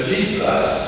Jesus